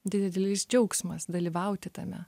didlelis džiaugsmas dalyvauti tame